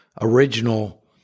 original